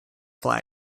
flag